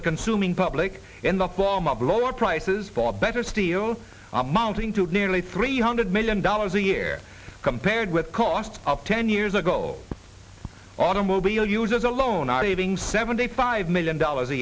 the consuming public in the form of lower prices for better steel amounting to nearly three hundred million dollars a year compared with cost of ten years ago automobile users alone are leaving seventy five million dollars a